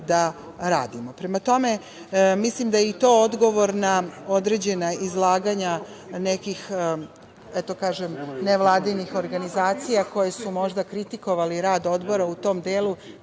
da radimo. Mislim da je i to odgovor na određena izlaganja nekih nevladinih organizacija koje su možda kritikovale rad odbora u tom delu